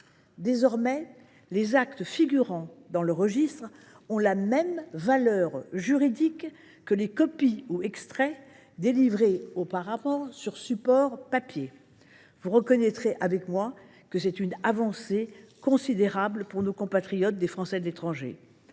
Désormais, les actes figurant dans le registre ont la même valeur juridique que les copies ou extraits délivrés auparavant sur support papier. Vous reconnaîtrez avec moi qu’il s’agit d’une avancée considérable pour nos compatriotes Français de l’étranger.